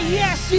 yes